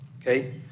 okay